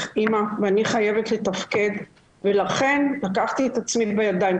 אמא ואני חייבת לתפקד ולכן לקחתי את עצמי בידיים,